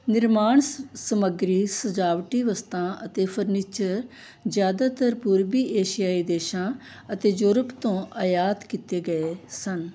ਨਿਰਮਾਣ ਸ ਸਮੱਗਰੀ ਸਜਾਵਟੀ ਵਸਤਾਂ ਅਤੇ ਫਰਨੀਚਰ ਜ਼ਿਆਦਾਤਰ ਪੂਰਬੀ ਏਸ਼ੀਆਈ ਦੇਸ਼ਾਂ ਅਤੇ ਯੂਰਪ ਤੋਂ ਆਯਾਤ ਕੀਤੇ ਗਏ ਸਨ